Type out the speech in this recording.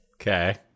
Okay